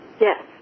Yes